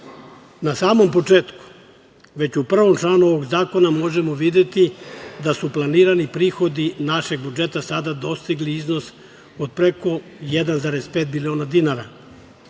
samom početku, već u prvom članu ovog zakona možemo videti da su planirani prihodi našeg budžeta sada dostigli iznos od preko 1,5 miliona dinara.